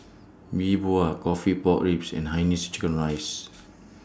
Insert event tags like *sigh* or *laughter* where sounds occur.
Yi Bua Coffee Pork Ribs and Hainanese Chicken Rice *noise*